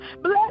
Bless